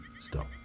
stop